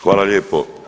Hvala lijepo.